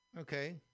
Okay